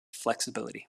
flexibility